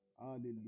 Hallelujah